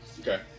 Okay